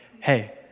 hey